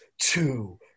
two